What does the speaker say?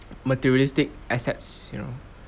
materialistic assets you know